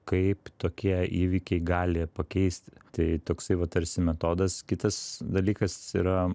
kaip tokie įvykiai gali pakeisti tai toksai va tarsi metodas kitas dalykas yra